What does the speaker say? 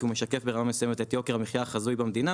כי הוא משקף ברמה מסוימת את יוקר המחיה החזוי במדינה,